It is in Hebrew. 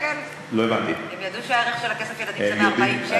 הם ידעו שהערך של הכסף לילדים זה 140 שקל?